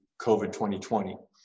COVID-2020